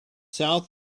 south